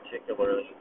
particularly